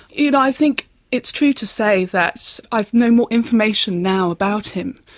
you know i think it's true to say that i know more information now about him,